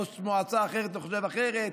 ראש מועצה אחרת חושב אחרת,